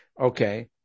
Okay